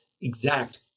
exact